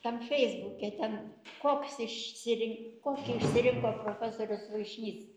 tam feisbuke ten koks išsirin kokį išsirinko profesorius vaišnys